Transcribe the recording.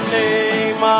name